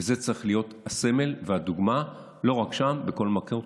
וזה צריך להיות הסמל והדוגמה לא רק שם, בכל מקום.